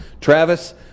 Travis